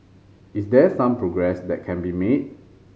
is there some progress that can be made